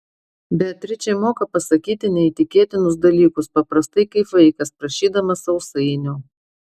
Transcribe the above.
beatričė moka pasakyti neįtikėtinus dalykus paprastai kaip vaikas prašydamas sausainio